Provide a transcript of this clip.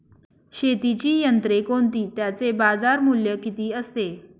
शेतीची यंत्रे कोणती? त्याचे बाजारमूल्य किती असते?